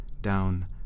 down